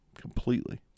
completely